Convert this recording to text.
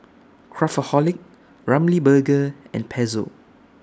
Craftholic Ramly Burger and Pezzo